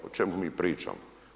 O čemu mi pričamo?